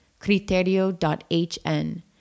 Criterio.hn